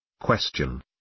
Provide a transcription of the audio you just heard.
Question